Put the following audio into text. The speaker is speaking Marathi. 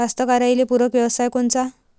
कास्तकाराइले पूरक व्यवसाय कोनचा?